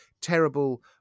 terrible